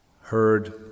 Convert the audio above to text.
heard